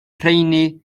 rheini